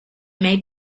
made